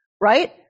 right